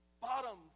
bottom